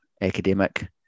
academic